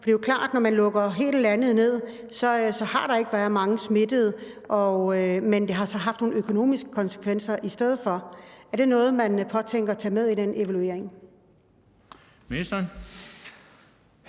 For det er jo klart, at når man lukker hele landet ned, har der ikke været mange smittede, men det har så haft nogle økonomiske konsekvenser i stedet for. Er det noget, man påtænker at tage med i den evaluering?